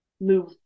move